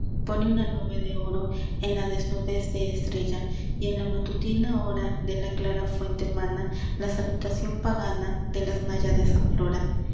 pone una nube de oro en la desnudez de estrella y en la matutina hora de la clara fuente mana la salutación pagana de las náyades a flora